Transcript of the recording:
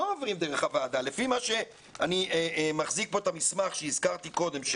אני מחזיק את המסמך שהזכרתי קודם,